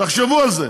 תחשבו על זה.